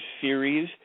Series